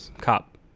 cop